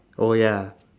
oh ya